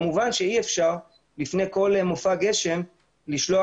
כמובן שאי אפשר לפני כל מופע גשם לשלוח